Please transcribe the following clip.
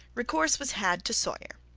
recourse was had to sawyer.